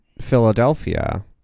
Philadelphia